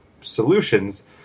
solutions